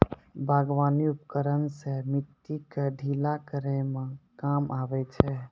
बागबानी उपकरन सें मिट्टी क ढीला करै म काम आबै छै